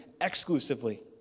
exclusively